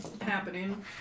Happening